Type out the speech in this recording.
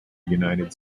united